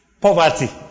poverty